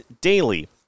daily